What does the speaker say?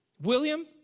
William